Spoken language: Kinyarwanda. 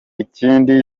ikindi